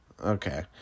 Okay